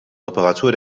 reparatur